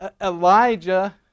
Elijah